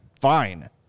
fine